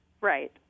Right